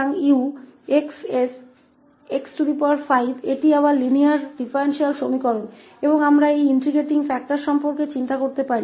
तो sx𝑈𝑥 𝑠xs जो फिर से रैखिक डिफरेंशियल एक्वेशन है और हम इस इंटेग्रटिंग फैक्टर के बारे में सोच सकते हैं